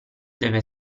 deve